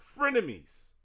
Frenemies